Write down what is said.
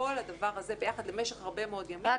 כל הדבר הזה ביחד למשך הרבה מאוד ימים --- רק